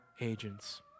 agents